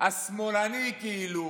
השמאלני כאילו,